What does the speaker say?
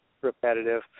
repetitive